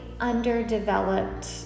underdeveloped